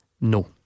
No